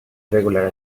irregular